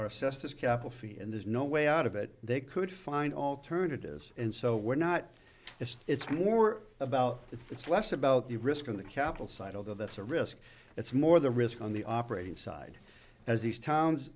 are assessed as couple feet and there's no way out of it they could find alternatives and so we're not just it's more about that it's less about the risk of the capital side although that's a risk it's more the risk on the operating side as these towns